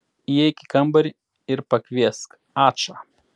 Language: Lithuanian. įeik į kambarį ir pakviesk ačą